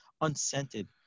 unscented